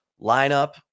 lineup